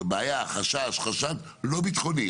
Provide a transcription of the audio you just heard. חשש או חשד לא ביטחוני.